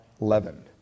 leavened